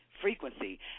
frequency